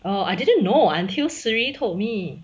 oh I didn't know until sri told me